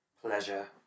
Pleasure